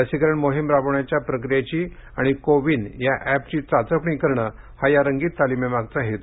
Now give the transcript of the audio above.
लसीकरण मोहीम राबवण्याच्या प्रक्रियेची आणि को विन या एप चाचपणी करणं हा या रंगीत तालीमे मागचा हेतू होता